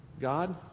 god